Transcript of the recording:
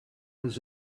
does